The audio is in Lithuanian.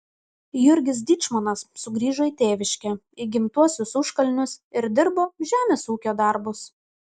jurgis dyčmonas sugrįžo į tėviškę į gimtuosius užkalnius ir dirbo žemės ūkio darbus